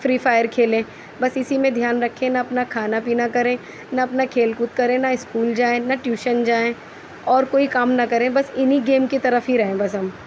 free fire کھیلیں بس اِسی میں دھیان رکھیں نہ اپنا کھانا پینا کریں نہ اپنا کھیل کود کریں نہ اسکول جائیں نہ ٹیوشن جائیں اور کوئی کام نہ کریں بس اِنہیں گیم کی طرف ہی رہیں بس ہم